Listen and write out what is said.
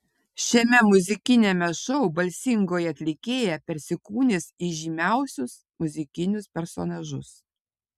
šiame muzikiniame šou balsingoji atlikėja persikūnys į žymiausius muzikinius personažus